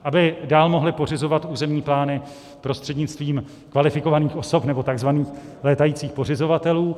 Aby dál mohly pořizovat územní plány prostřednictvím kvalifikovaných osob nebo tzv. létajících pořizovatelů.